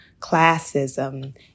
classism